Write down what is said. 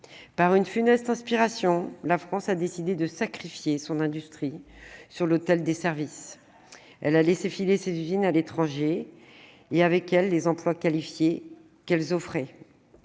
Par une funeste inspiration, la France a décidé de sacrifier son industrie sur l'autel des services. Elle a laissé filer ses usines à l'étranger et, avec elles, les emplois qualifiés qu'elles offraient.